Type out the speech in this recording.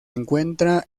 encuentra